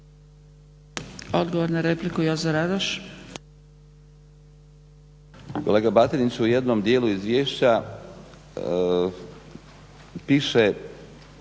Odgovor na repliku Jozo Radoš.